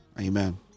Amen